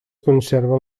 conserven